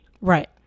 Right